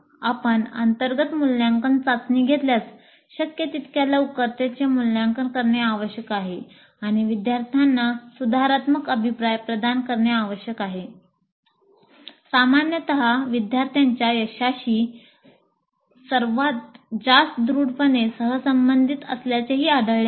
आपण अंतर्गत मूल्यांकन चाचणी घेतल्यास शक्य तितक्या लवकर त्याचे मूल्यांकन करणे आवश्यक आहे आणि विद्यार्थ्यांना सुधारात्मक अभिप्राय प्रदान करणे आवश्यक आहे सामान्यत विद्यार्थ्यांच्या यशाशी सर्वात जास्त दृढपणे सहसंबंधित असल्याचेही आढळले आहे